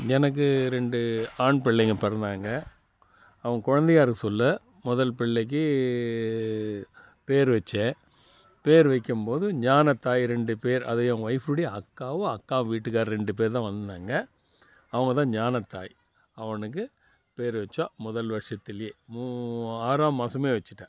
எனக்கு ரெண்டு ஆண் பிள்ளைங்க பிறந்தாங்க அவங்க குழந்தையா இருக்க சொல்ல முதல் பிள்ளைக்கு பேர் வச்சேன் பேர் வைக்கும் போது ஞானத்தாய் ரெண்டு பேர் அது என் ஒய்ஃபுடைய அக்காவும் அக்கா வீட்டுக்காரர் ரெண்டு பேர் தான் வந்துருந்தாங்க அவங்க தான் ஞானத்தாய் அவனுக்கு பெயர் வச்சோம் முதல் வருஷத்துலயே மூ ஆறாம் மாதமே வச்சிட்டேன்